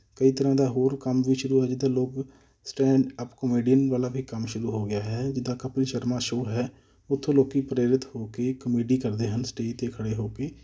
ਕਈ ਤਰ੍ਹਾਂ ਦਾ ਹੋਰ ਕੰਮ ਵੀ ਸ਼ੁਰੂ ਹੈ ਜਿੱਦਾਂ ਲੋਕ ਸਟੈਂਡਅਪ ਕਮੇਡੀਅਨ ਵਾਲਾ ਵੀ ਕੰਮ ਸ਼ੁਰੂ ਹੋ ਗਿਆ ਹੈ ਜਿੱਦਾਂ ਕਪਿਲ ਸ਼ਰਮਾ ਸ਼ੋ ਹੈ ਉੱਥੋਂ ਲੋਕ ਪ੍ਰੇਰਿਤ ਹੋ ਕੇ ਕਮੇਡੀ ਕਰਦੇ ਹਨ ਸਟੇਜ 'ਤੇ ਖੜ੍ਹੇ ਹੋ ਕੇ